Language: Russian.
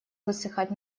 высыхать